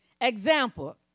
Example